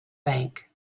bank